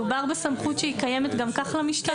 מדובר בסמכות שהיא קיימת גם ככה למשטרה,